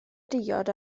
diod